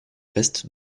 restes